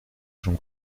jean